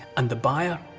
and the buyer?